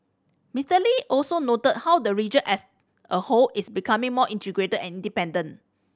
Mister Lee also noted how the region as a whole is becoming more integrated and interdependent